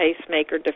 pacemaker